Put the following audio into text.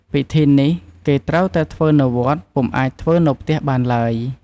ពិធីនេះគេត្រូវតែ ធ្វើនៅវត្ត ពុំអាចធ្វើនៅផ្ទះបានឡើយ។